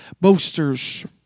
boasters